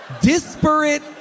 disparate